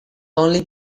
only